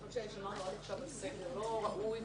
שמרנו עד עכשיו על סדר ולא ראוי,